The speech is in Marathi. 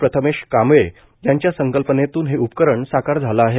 प्रथमेश कांबळे यांच्या संकल्पनेतून हे उपकरण साकार झाल आहे